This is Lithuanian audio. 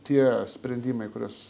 tie sprendimai kuriuos